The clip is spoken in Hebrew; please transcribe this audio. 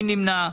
מי נמנע?